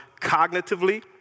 cognitively